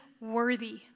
worthy